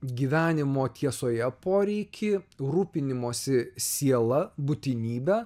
gyvenimo tiesoje poreikį rūpinimosi siela būtinybę